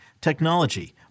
technology